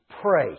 Pray